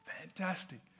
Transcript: fantastic